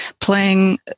playing